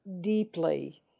deeply